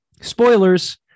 spoilers